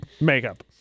Makeup